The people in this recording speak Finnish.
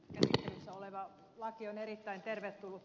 käsittelyssä oleva laki on erittäin tervetullut